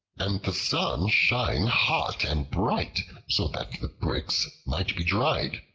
and the sun shine hot and bright, so that the bricks might be dried.